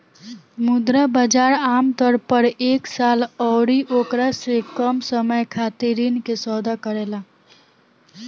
मुद्रा बाजार आमतौर पर एक साल अउरी ओकरा से कम समय खातिर ऋण के सौदा करेला